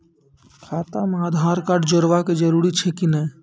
खाता म आधार कार्ड जोड़वा के जरूरी छै कि नैय?